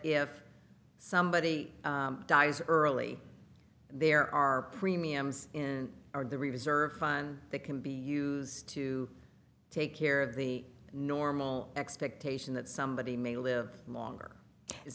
if somebody dies early there are premiums in our the reserve fund that can be used to take care of the normal expectation that somebody may live longer is